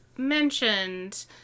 mentioned